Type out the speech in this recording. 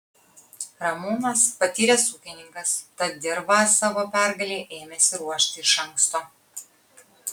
ramūnas patyręs ūkininkas tad dirvą savo pergalei ėmėsi ruošti iš anksto